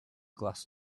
glass